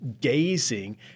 gazing